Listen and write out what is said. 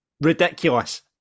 ridiculous